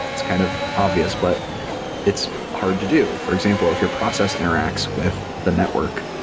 it's kind of obvious, but it's hard to do. for example, if your process interacts with the network,